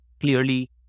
clearly